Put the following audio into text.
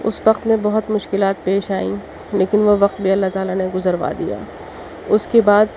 اس وقت میں بہت مشکلات پیش آئیں لیکن وہ وقت بھی اللّہ تعالیٰ نے گزروا دیا اس کے بعد